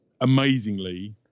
amazingly